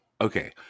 okay